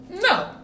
No